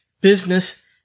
Business